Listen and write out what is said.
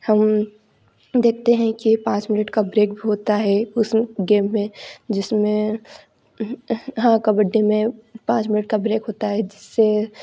हम देखते हैं कि पाँच मिनट का ब्रेक भी होता है उस गेम में जिसमें हाँ कबड्डी में पाँच मिनट का ब्रेक होता है जिससे